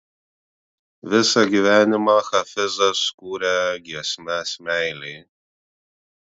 visą gyvenimą hafizas kūrė giesmes meilei